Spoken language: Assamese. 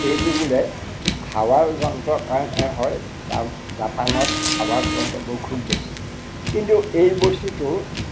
এইটো বোলে হাৱাৰ যন্ত্ৰৰ কাৰণে হয় জা জাপানত হাৱাৰ যন্ত্ৰবোৰ খুব বেছি কিন্তু এই বস্তুটো